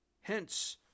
hence